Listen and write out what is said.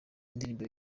indirimbo